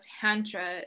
Tantra